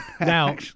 Now